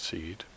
Seed